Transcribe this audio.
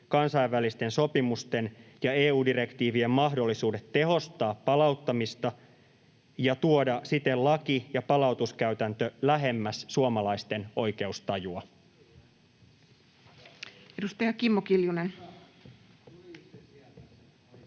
kansainvälisten sopimusten ja EU-direktiivien mahdollisuudet tehostaa palauttamista ja tuoda siten laki- ja palautuskäytäntö lähemmäs suomalaisten oikeustajua. [Speech 249] Speaker: